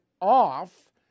off